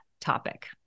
topic